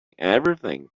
everything